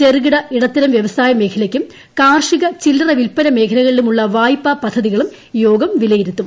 ചെറുകിട്ട് ഇടത്തരം വൃവസായ മേഖലയ്ക്കും കാർഷിക ചില്ലറ വിൽപന മേഖലകളിലുമുള്ള വായ്പാ പദ്ധതികളും യോഗം വിലയിരുത്തും